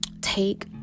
take